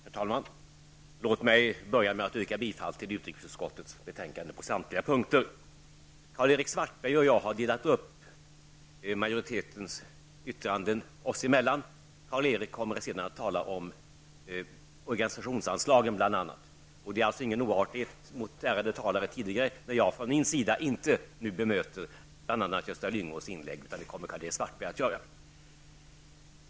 Herr talman! Låt mig börja med att yrka bifall till utrikesutskottets betänkande på samtliga punkter. Karl-Erik Svartberg och jag har delat upp majoritetens yttranden mellan oss. Karl-Erik Svartberg kommer senare att bl.a. tala om organisationsanslagen. Det är alltså ingen oartighet mot tidigare talare när jag nu inte bemöter bl.a. Svartberg att göra.